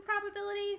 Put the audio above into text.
probability